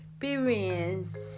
experience